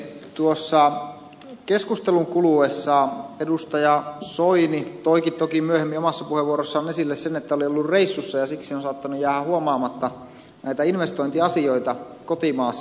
tuossa keskustelun kuluessa edustaja soini toikin toki myöhemmin omassa puheenvuorossaan esille sen että oli ollut reissussa ja siksi on saattanut jäädä huomaamatta näitä investointiasioita kotimaassa